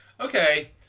Okay